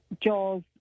jaws